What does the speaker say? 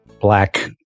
black